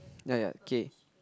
ya ya okay